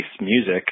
music